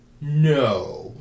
No